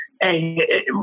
Hey